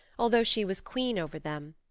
although she was queen over them.